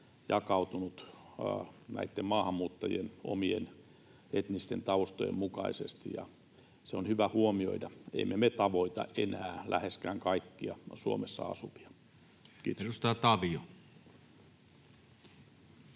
jakautunut näitten maahanmuuttajien omien etnisten taustojen mukaisesti, ja se on hyvä huomioida. Emme me tavoita enää läheskään kaikkia Suomessa asuvia. — Kiitos.